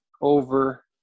over